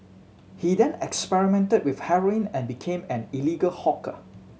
he then experimented with heroin and became an illegal hawker